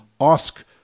ask